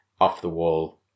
off-the-wall